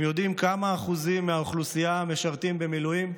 אתם יודעים כמה אחוזים מהאוכלוסייה משרתים במילואים?